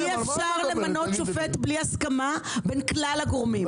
אי אפשר למנות שופט בלי הסכמה בין כלל הגורמים.